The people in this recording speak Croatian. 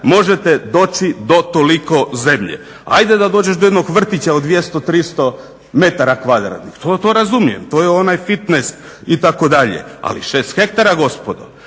možete doći do toliko zemlje. Ajde da dođeš do jednog vrtića od 200, 300 metara kvadratnih to razumijem, to je onaj fitnes itd., ali 6 hektara gospodo!